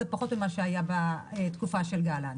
זה פחות ממה שהיה בתקופה של גלנט.